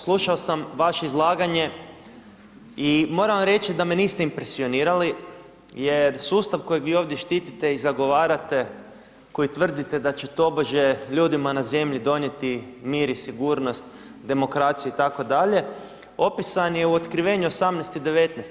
Slušao sam vaše izlaganje i moram vam reći da me niste impresionirali jer sustav kojeg vi ovdje štitite i zagovarate, koji tvrdite da će tobože na zemlji donijeti mir i sigurnost, demokraciju itd., opisan je u Otkrivenju 18 i 19.